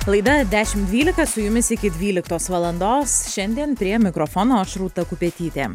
laida dešimt dvylika su jumis iki dvyliktos valandos šiandien prie mikrofono aš rūta kupetytė